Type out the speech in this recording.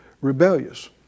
rebellious